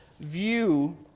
view